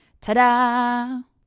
Ta-da